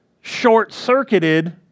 short-circuited